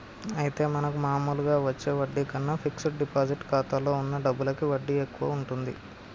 అయితే మనకు మామూలుగా వచ్చే వడ్డీ కన్నా ఫిక్స్ డిపాజిట్ ఖాతాలో ఉన్న డబ్బులకి వడ్డీ ఎక్కువగా ఉంటుంది